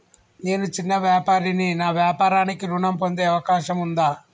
నేను చిన్న వ్యాపారిని నా వ్యాపారానికి ఋణం పొందే అవకాశం ఉందా?